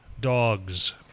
dogs